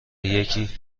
یکی